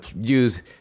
use